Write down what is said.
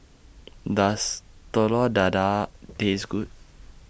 Does Telur Dadah Taste Good